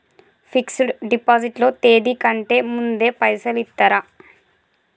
Fix డ్ deposit లో తేది కంటే ముందే పైసలు ఇత్తరా?